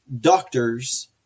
doctors